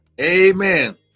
Amen